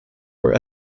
were